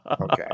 Okay